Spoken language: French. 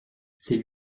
c’est